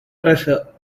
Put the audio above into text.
treasure